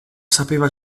sapeva